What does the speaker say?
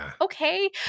okay